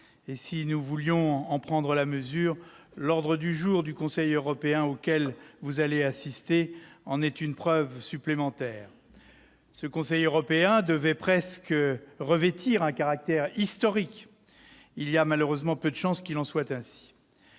Si nous voulions en prendre la mesure, l'ordre du jour du Conseil européen auquel vous allez assister, madame la ministre, en est une preuve supplémentaire. Ce Conseil européen devait presque revêtir un caractère historique ; il y a malheureusement peu de chances qu'il en soit ainsi.